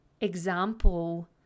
example